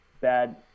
bad